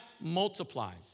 multiplies